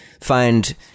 find